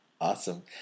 Awesome